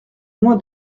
loin